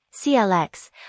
CLX